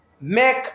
make